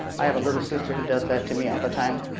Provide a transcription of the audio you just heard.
i have a little sister who does that to me all the time.